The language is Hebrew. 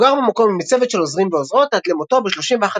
גר במקום עם צוות של עוזרים ועוזרות עד למותו ב-31